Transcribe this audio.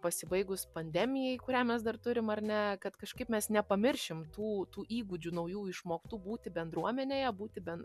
pasibaigus pandemijai kurią mes dar turim ar ne kad kažkaip mes nepamiršim tų tų įgūdžių naujų išmoktų būti bendruomenėje būti ben